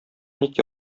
ник